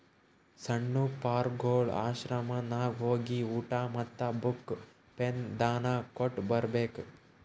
ಸಣ್ಣು ಪಾರ್ಗೊಳ್ ಆಶ್ರಮನಾಗ್ ಹೋಗಿ ಊಟಾ ಮತ್ತ ಬುಕ್, ಪೆನ್ ದಾನಾ ಕೊಟ್ಟ್ ಬರ್ಬೇಕ್